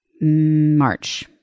March